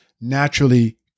naturally